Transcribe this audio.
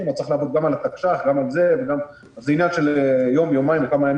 אז צריך לעבוד גם על התקש"ח וגם על זה.